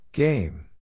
Game